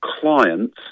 clients